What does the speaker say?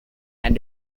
and